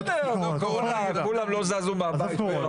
בתקופת הקורונה כולם לא זזו מן הבית.